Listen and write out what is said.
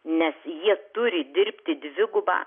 nes jie turi dirbti dvigubą